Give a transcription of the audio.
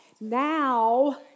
Now